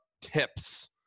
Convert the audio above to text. tips